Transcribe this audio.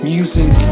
Music